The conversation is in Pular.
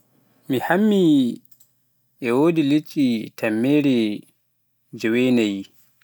mi hammi e wodi liɗɗi temmere jeewenayi.